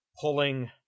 pulling